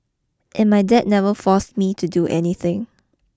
and my dad never forced me to do anything